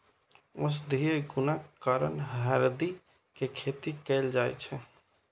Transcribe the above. औषधीय गुणक कारण हरदि के खेती कैल जाइ छै